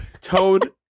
Toad